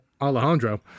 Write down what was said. alejandro